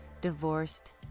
divorced